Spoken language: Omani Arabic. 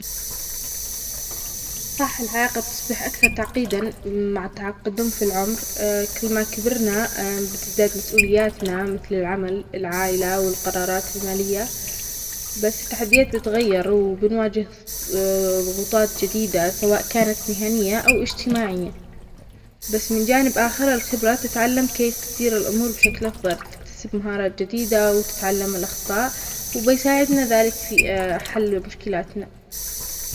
صح الحياه قد تصبح أكثر تعقيداً مع التع- التقدم في العمر كل ما كبرنا بتزداد مسؤولياتنا مثل العمل، العايلة، والقرارات المالية. بس التحديات بتغير وبنواجه ضغوطات جديدة سواء كانت مهنية أو اجتماعية. بس من جانب آخر الخبرة تتعلم كيف تدير الأمور بشكل أفضل. تكتسب مهاره جديدة وتتعلم الأخطاء. وبيساعدنا ذلك في حل مشكلاتنا.